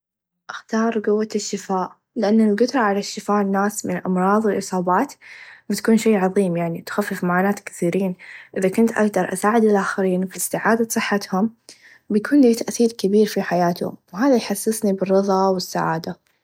أختار قوه الشفاء لأن إنقطع الشفاء من أمراظ الإصابات بتكون شئ عظيم يعني تخفف مهارات الكثيرين إذا كنت أقدر أساعد الأخرين و إستعاده صحتهم بيكون له تأثير كبير في حياته و هذا يحسسني بالرظا و السعاده.